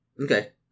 Okay